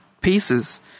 pieces